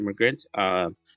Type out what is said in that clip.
immigrant